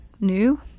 new